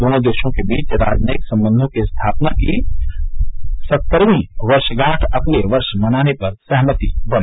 दोनों देशों के बीच राजनयिक संबंधों की स्थापना की सत्तरवीं वर्षगांठ अगले वर्ष मनाने पर सहमति हुई